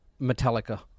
Metallica